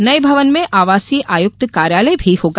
नए भवन में आवासीय आयुक्त कार्यालय भी होगा